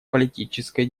политической